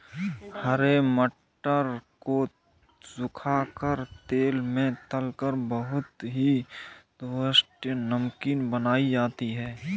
हरे मटर को सुखा कर तेल में तलकर बहुत ही स्वादिष्ट नमकीन बनाई जाती है